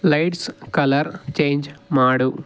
lights colour change ಮಾಡು